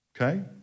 Okay